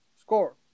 score